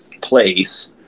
place